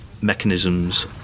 mechanisms